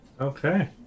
Okay